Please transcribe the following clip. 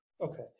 Okay